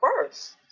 first